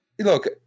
Look